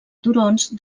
turons